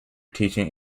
teaching